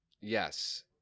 Yes